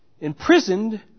imprisoned